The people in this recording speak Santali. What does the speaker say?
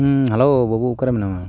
ᱦᱮᱞᱳ ᱵᱟᱹᱵᱩ ᱚᱠᱟᱨᱮ ᱢᱮᱱᱟᱢᱟ